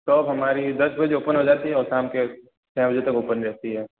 shop हमारी दस बजे ओपन हो जाती है और शाम के छ बजे तक ओपन रहती है